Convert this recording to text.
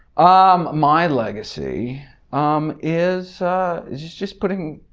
um my legacy um is is just putting.